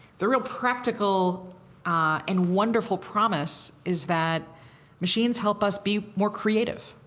the real practical and wonderful promise is that machines help us be more creative,